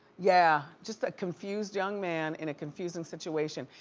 yeah, just a confused young man in a confusing situation.